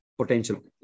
potential